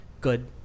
good